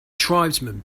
tribesmen